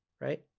Right